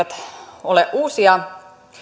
argumentit eivät ole uusia